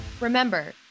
Remember